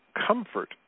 comfort